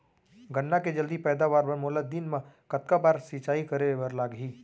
गन्ना के जलदी पैदावार बर, मोला दिन मा कतका बार सिंचाई करे बर लागही?